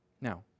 Now